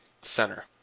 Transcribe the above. center